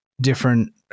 different